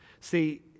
See